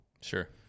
Sure